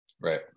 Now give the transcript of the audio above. Right